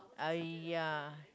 I ya